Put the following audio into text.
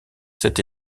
cet